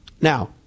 Now